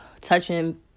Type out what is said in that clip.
touching